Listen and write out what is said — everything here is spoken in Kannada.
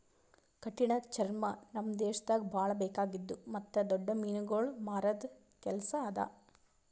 ಕಠಿಣ ಚರ್ಮ ನಮ್ ದೇಶದಾಗ್ ಭಾಳ ಬೇಕಾಗಿದ್ದು ಮತ್ತ್ ದೊಡ್ಡ ಮೀನುಗೊಳ್ ಮಾರದ್ ಕೆಲಸ ಅದಾ